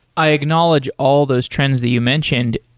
i acknowledge all those trends that you mentioned,